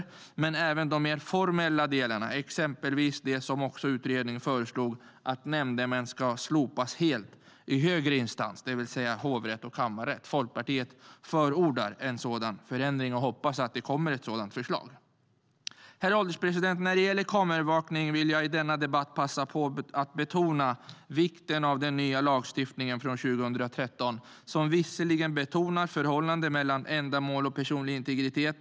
Men det gäller även de mer formella delarna, exempelvis det som också utredningen föreslog - att nämndemän ska slopas helt i högre instans, det vill säga hovrätt och kammarrätt. Folkpartiet förordar en sådan förändring och hoppas att det kommer ett sådant förslag. Herr ålderspresident! När det gäller kameraövervakning vill jag i denna debatt passa på att betona vikten av den nya lagstiftningen från 2013. Den betonar visserligen förhållandet mellan ändamål och personlig integritet.